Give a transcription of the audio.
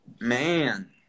man